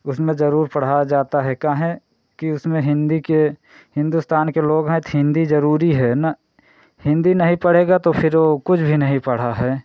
उसमें ज़रूर पढ़ाया जाता है क्या है कि उसमें हिन्दी के हिंदुस्तान के लोग हैं थ हिन्दी ज़रूरी है ना हिन्दी नहीं पढ़ेगा तो फिर वो कुछ भी नहीं पढ़ा है